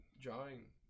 drawing